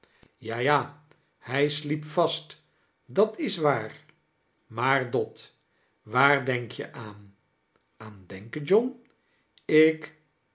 ja ja hg sliep vast dat is waar maar dot waar denk je aan aan denken john ik